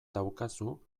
daukazu